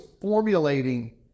formulating